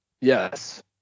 Yes